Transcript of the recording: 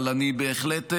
אבל אני בהחלט אומר,